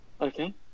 Okay